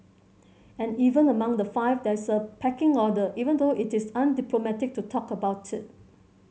and even among the five there is a pecking order even though it is undiplomatic to talk about it